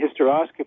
hysteroscopy